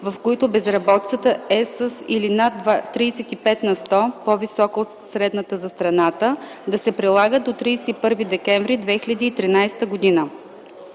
в които безработицата е с или над 35 на сто по-висока от средната за страната, да се прилага до 31 декември 2013г.